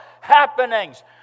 happenings